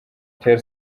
ter